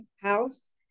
house